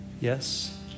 Yes